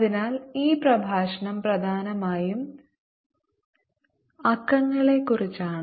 അതിനാൽ ഈ പ്രഭാഷണം പ്രധാനമായും അക്കങ്ങളെക്കുറിച്ചാണ്